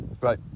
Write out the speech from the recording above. Right